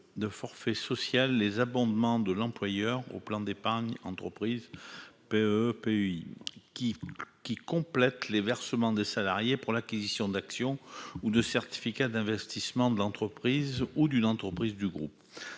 de forfait social les abondements de l'employeur aux plans d'épargne entreprise (PEE) et interentreprises (PEI) qui complètent les versements des salariés pour l'acquisition d'actions ou de certificats d'investissement de l'entreprise ou d'une entreprise du groupe.